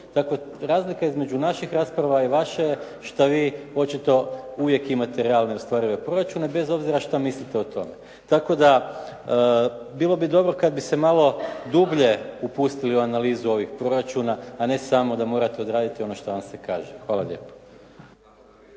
Dakle, razlika između naših rasprava i vaše je šta vi očito uvijek imate realne ostvarive proračune bez obzira šta mislite o tome. Tako da bilo bi dobro kad bi se malo dublje upustili u analizu ovih proračuna, a ne samo da morate odraditi ono šta vam se kaže. Hvala lijepo.